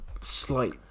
slight